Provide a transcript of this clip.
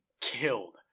killed